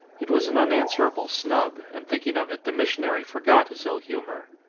it was an unanswerable snub, and thinking of it the missionary forgot his ill-humour.